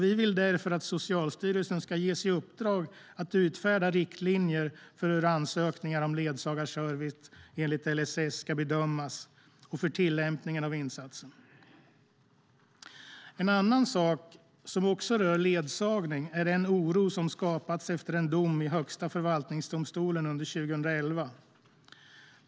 Vi vill därför att Socialstyrelsen ska ges i uppdrag att utfärda riktlinjer för hur ansökningar om ledsagarservice enligt LSS ska bedömas och för tillämpningen av insatsen. En annan sak som också rör ledsagning är den oro som skapats efter en dom i Högsta förvaltningsdomstolen under 2011.